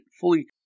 fully